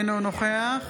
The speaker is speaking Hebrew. אינו נוכח